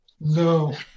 No